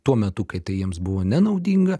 tuo metu kai tai jiems buvo nenaudinga